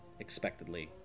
expectedly